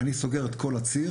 אני סוגר את כל הציר.